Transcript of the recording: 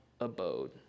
abode